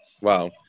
Wow